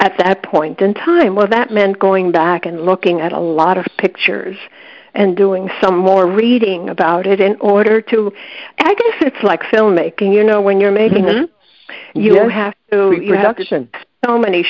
at that point in time well that meant going back and looking at a lot of pictures and doing some more reading about it in order to i guess it's like filmmaking you know when you're making it you have your doctors and so many